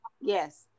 yes